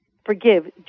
forgive